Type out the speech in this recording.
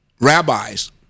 rabbis